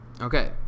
Okay